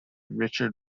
richard